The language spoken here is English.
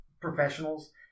professionals